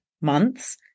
months